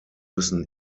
müssen